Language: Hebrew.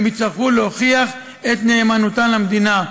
הם יצטרכו להוכיח את נאמנותם למדינה.